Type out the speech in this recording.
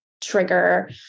trigger